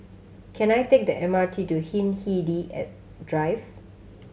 can I take the M R T to Hindhede and Drive